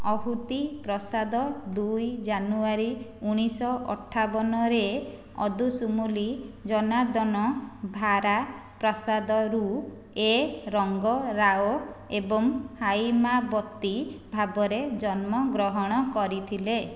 ଆହୁତି ପ୍ରସାଦ ଦୁଇ ଜାନୁଆରୀ ଉଣେଇଶହ ଅଠାବନ ରେ ଅଦୁସୁମିଲି ଜନାର୍ଦ୍ଦନ ଭାରା ପ୍ରସାଦ ରୁ ଏ ରଙ୍ଗ ରାଓ ଏବଂ ହାଇମାବତୀ ଭାବରେ ଜନ୍ମ ଗ୍ରହଣ କରିଥିଲେ